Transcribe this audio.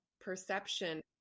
perception